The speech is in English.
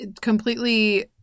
completely